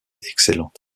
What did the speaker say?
excellente